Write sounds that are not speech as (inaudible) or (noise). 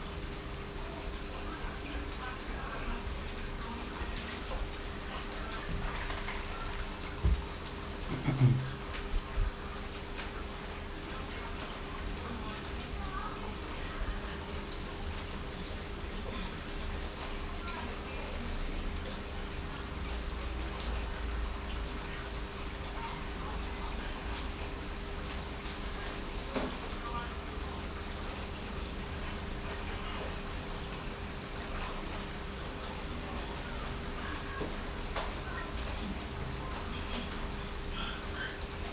(coughs)